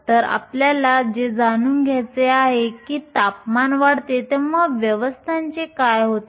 तर आपल्याला जे जाणून घ्यायचे आहे की तापमान वाढते तेंव्हा व्यवस्थांचे काय होते